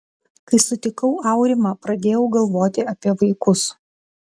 kai sutikau aurimą pradėjau galvoti apie vaikus